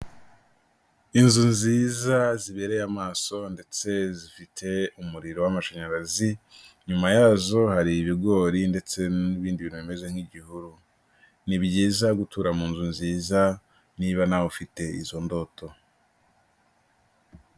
Inzu nziza zibereye amaso ndetse zifite umuriro w'amashanyarazi, inyuma yazo hari ibigori ndetse n'ibindi bintu bimeze nk'igihuru. Ni byiza gutura mu nzu nziza niba nawe ufite izo ndoto.